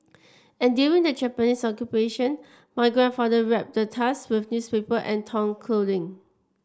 and during the Japanese Occupation my grandfather wrapped the tusk with newspaper and torn clothing